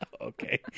Okay